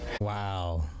Wow